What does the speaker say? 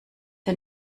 der